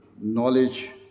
knowledge